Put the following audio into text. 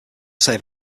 save